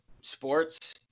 sports